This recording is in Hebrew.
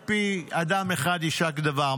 על פי אדם אחד יישק דבר,